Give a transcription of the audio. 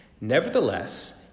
Nevertheless